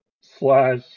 slash